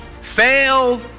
fail